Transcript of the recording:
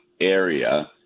area